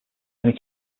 many